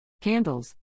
Candles